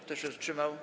Kto się wstrzymał?